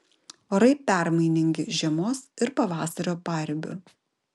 orai permainingi žiemos ir pavasario paribiu